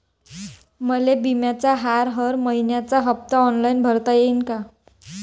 मले बिम्याचा हर मइन्याचा हप्ता ऑनलाईन भरता यीन का?